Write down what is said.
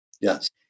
Yes